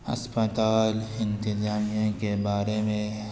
اسپتال انتظامیہ کے بارے میں